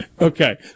Okay